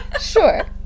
sure